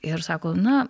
ir sako na